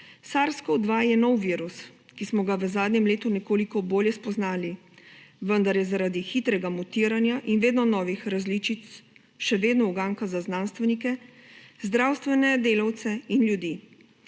SARS-CoV-2 je nov virus, ki smo ga v zadnjem letu nekoliko bolje spoznali, vendar je zaradi hitrega mutiranja in vedno novih različic še vedno uganka za znanstvenike, zdravstvene delavce in ljudi.